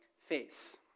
face